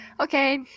Okay